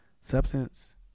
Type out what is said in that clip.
Substance